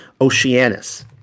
Oceanus